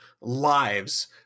lives